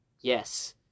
yes